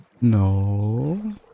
No